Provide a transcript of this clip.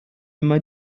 immer